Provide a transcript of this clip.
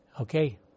Okay